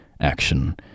action